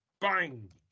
Bang